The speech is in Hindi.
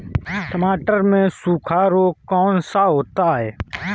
टमाटर में सूखा रोग कौन सा होता है?